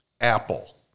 Apple